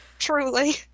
Truly